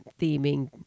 theming